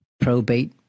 probate